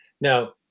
Now